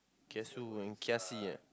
kiasu and kiasi ah